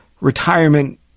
retirement